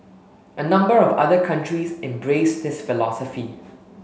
a number of other countries embrace this philosophy